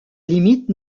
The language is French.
limite